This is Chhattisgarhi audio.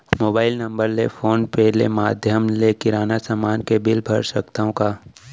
मोबाइल नम्बर ले फोन पे ले माधयम ले किराना समान के बिल भर सकथव का?